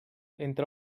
entre